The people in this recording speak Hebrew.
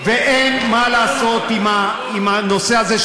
ואין מה לעשות עם הנושא הזה,